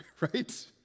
right